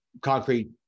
concrete